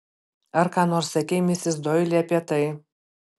ar ką nors sakei misis doili apie tai